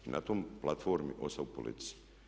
I na toj platformi ostaje u politici.